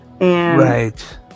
Right